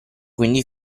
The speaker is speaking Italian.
quindi